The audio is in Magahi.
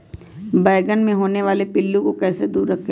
बैंगन मे होने वाले पिल्लू को कैसे दूर करें?